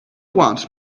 want